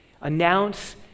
Announce